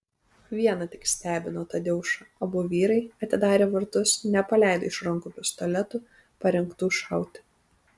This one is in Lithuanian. viena tik stebino tadeušą abu vyrai atidarę vartus nepaleido iš rankų pistoletų parengtų šauti